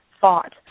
thought